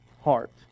heart